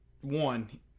one